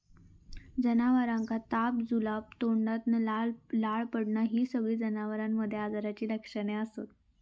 जनावरांका ताप, जुलाब, तोंडातना लाळ पडना हि सगळी जनावरांमध्ये आजाराची लक्षणा असत